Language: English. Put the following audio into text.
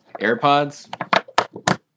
AirPods